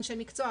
אנשי מקצוע,